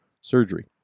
surgery